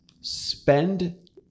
spend